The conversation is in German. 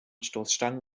stoßstangen